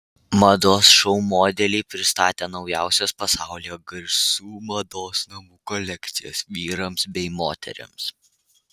mados šou modeliai pristatė naujausias pasaulyje garsių mados namų kolekcijas vyrams bei moterims